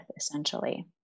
essentially